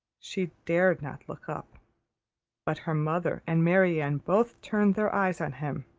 she dared not look up but her mother and marianne both turned their eyes on him.